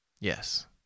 Yes